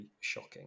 shocking